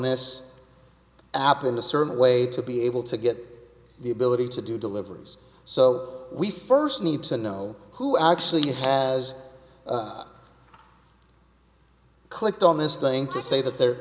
this app in a certain way to be able to get the ability to do deliveries so we first need to know who actually has clicked on this thing to say that the